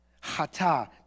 Hata